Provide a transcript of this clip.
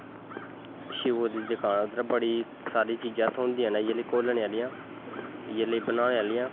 शिवू दी दकान इद्धर बड़ी सारी चीजां थ्होंदियां न जानि घोलने आह्लियां जानि बनाने आह्लियां